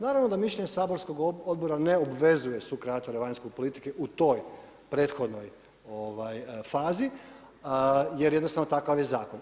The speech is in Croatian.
Naravno da mišljenje saborskog odbora ne obvezuje sukreatore vanjske politike u toj prethodnoj fazi, jer jednostavno takav je zakon.